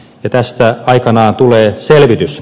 tästä aikanaan tulee selvitys